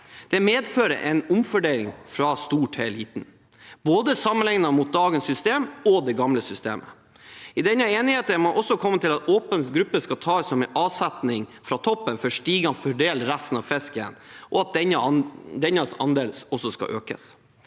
Det medfører en omfordeling fra stor til liten sammenlignet med både dagens system og det gamle systemet. I denne enigheten er man også kommet til at åpen gruppe skal tas som avsetning fra toppen før stigene fordeler resten av fisken, og at denne gruppens andel skal økes.